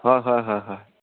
হয় হয় হয় হয়